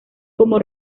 como